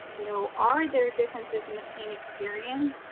you know, are there differences in the pain experience,